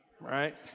Right